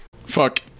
Fuck